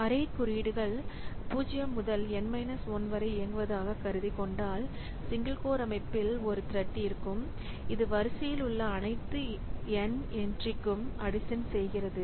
array குறியீடுகள் 0 முதல் N 1 வரை இயங்குவதாக கருதிக் கொண்டால் சிங்கிள் கோர் அமைப்பில் ஒரு த்ரெட் இருக்கும் இது வரிசையில் உள்ள அனைத்து N என்ட்ரிக்கும் அடிசன் செய்கிறது